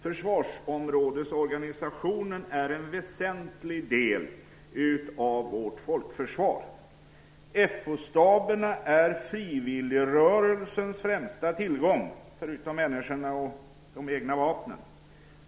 Försvarsområdesorganisationen är en väsentlig del av vårt folkförsvar. FO-staberna är frivilligrörelsens främsta tillgång, förutom människorna och de egna vapnen.